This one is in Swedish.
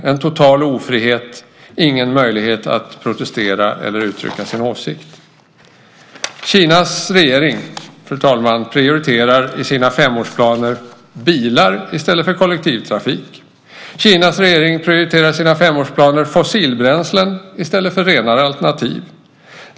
Det råder total ofrihet, och ingen har möjlighet att protestera eller uttrycka sin åsikt. Fru talman! I sina femårsplaner prioriterar Kinas regering bilar i stället för kollektivtrafik, fossilbränslen i stället för renare alternativ.